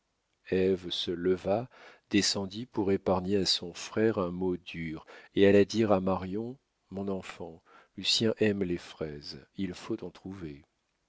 se leva descendit pour épargner à son frère un mot dur et alla dire à marion mon enfant lucien aime les fraises il faut en trouver